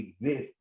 exist